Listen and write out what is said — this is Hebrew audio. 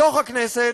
מתוך הכנסת,